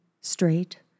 straight